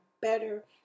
better